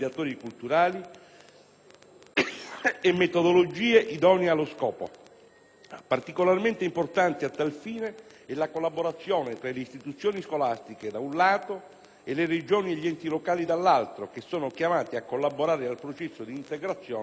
e metodologie idonee allo scopo. Particolarmente importante a tal fine è la collaborazione tra le istituzioni scolastiche, da un lato, e le Regioni e gli enti locali, dall'altro, che sono chiamati a collaborare al processo di integrazione degli alunni stranieri.